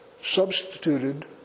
substituted